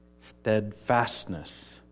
steadfastness